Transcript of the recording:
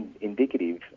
indicative